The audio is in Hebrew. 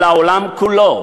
אל העולם כולו,